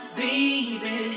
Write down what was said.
baby